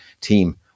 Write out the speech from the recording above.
team